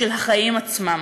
של החיים עצמם,